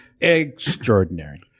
extraordinary